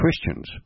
Christians